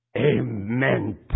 Amen